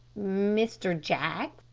mr. jaggs?